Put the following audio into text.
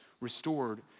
restored